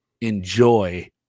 enjoy